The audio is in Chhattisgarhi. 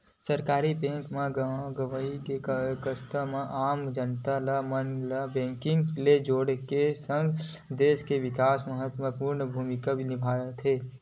सहकारी बेंक गॉव गंवई, कस्बा म आम जनता मन ल बेंकिग ले जोड़ के सगं, देस के बिकास म महत्वपूर्न भूमिका निभाथे